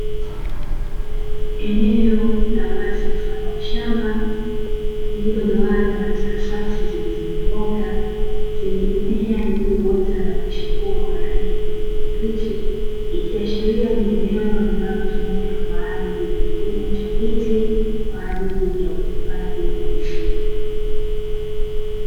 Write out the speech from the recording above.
Eneo la wazi mfano wa shamba, lililogawanywa katika safu zilizonyooka; zenye mimea iliyoota na kuchipua kwa rangi ya kijani kibichi, ikiashiria ni eneo linalotumika kwa ajili ya kilimo cha miti, kwa ajili ya uhifadhi wa misitu.